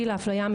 תודה על ההקשבה.